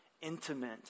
intimate